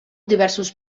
diversos